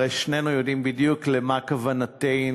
הרי שנינו יודעים בדיוק למה כוונתנו,